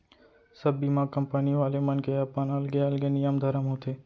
सब बीमा कंपनी वाले मन के अपन अलगे अलगे नियम धरम होथे